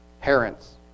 parents